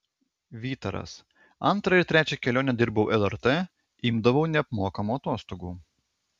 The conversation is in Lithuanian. vytaras antrą ir trečią kelionę dirbau lrt imdavau neapmokamų atostogų